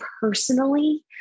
personally